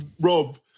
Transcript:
Rob